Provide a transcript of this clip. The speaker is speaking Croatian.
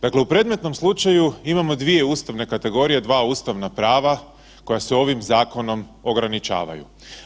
Dakle u predmetnom slučaju imamo dvije ustavne kategorije dva ustavna prava koja se ovim zakonom ograničavaju.